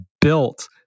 built